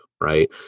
right